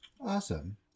Awesome